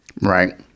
right